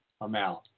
amount